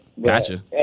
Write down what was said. gotcha